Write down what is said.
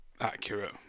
accurate